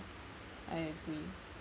I agree